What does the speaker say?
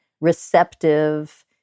receptive